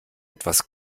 etwas